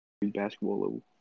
basketball